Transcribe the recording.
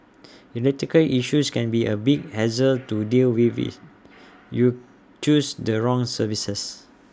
electrical issues can be A big hassle to deal with if you choose the wrong services